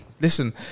Listen